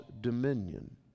dominion